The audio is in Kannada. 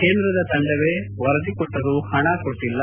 ಕೇಂದ್ರದ ತಂಡವೇ ವರದಿ ಕೊಟ್ಟರೂ ಹಣ ಕೊಟ್ಟಲ್ಲ